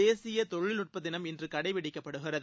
தேசியதொழில்நுட்பதினம் இன்றுகடைப்பிடிக்கப்படுகிறது